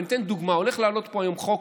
אני אתן דוגמה: הולך לעלות פה היום חוק